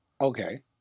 Okay